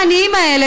הילדים העניים האלה,